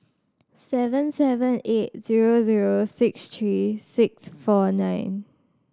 seven seven eight zero zero six three six four nine